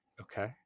Okay